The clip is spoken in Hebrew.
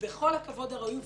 בכל הכבוד הראוי,